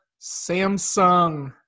Samsung